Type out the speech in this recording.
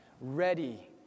ready